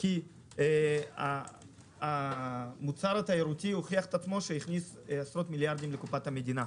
כי המוצר התיירותי הוכיח שהוא מכניס עשרות מיליארדים לקופת המדינה.